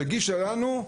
שהגישה לנו,